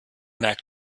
merkt